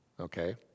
okay